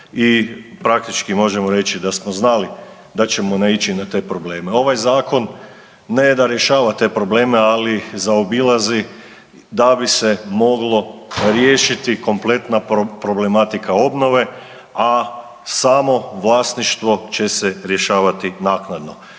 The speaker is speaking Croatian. I praktički možemo reći da smo znali da ćemo naići na te probleme. Ovaj zakon ne da rješava te probleme, ali zaobilazi da bi se moglo riješiti kompletna problematika obnove, a samo vlasništvo će se rješavati naknadno.